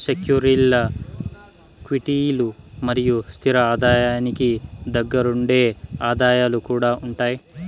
సెక్యూరీల్ల క్విటీలు మరియు స్తిర ఆదాయానికి దగ్గరగుండే ఆదాయాలు కూడా ఉండాయి